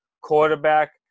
quarterback